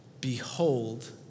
Behold